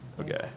Okay